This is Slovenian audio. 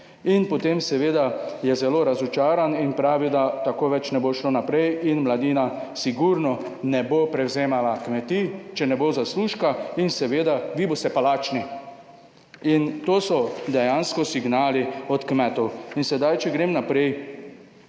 in potem seveda je zelo razočaran in pravi, da tako več ne bo šlo naprej in mladina sigurno ne bo prevzemala kmetij, če ne bo zaslužka in seveda vi boste pa lačni. In to so dejansko signali od kmetov. In sedaj, če grem naprej,